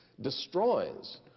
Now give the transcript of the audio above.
destroys